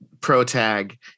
protag